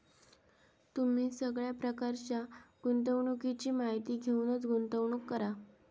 तुम्ही सगळ्या प्रकारच्या गुंतवणुकीची माहिती घेऊनच गुंतवणूक करा